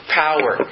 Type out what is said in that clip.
power